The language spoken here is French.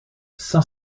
cinq